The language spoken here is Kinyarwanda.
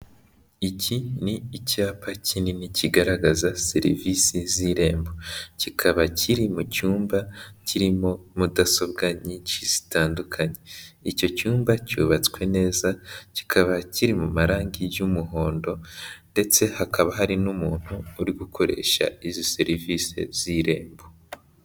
Iki ni icyapa kinini kigaragaza serivisi z'irembo. Kikaba kiri mu cyumba kirimo mudasobwa nyinshi zitandukanye. Icyo cyumba cyubatswe neza, kikaba kiri mu marangi y'umuhondo, ndetse hakaba hari n'umuntu, uri gukoresha izi serivise z'irembo.